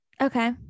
Okay